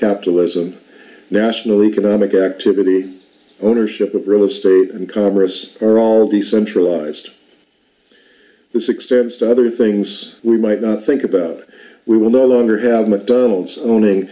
capitalism national economic activity ownership of a store and congress or all the centralized this extends to other things we might not think about we will no longer have mcdonald's owning